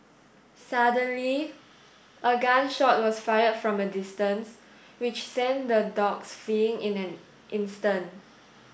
suddenly a gun shot was fired from a distance which sent the dogs fleeing in an instant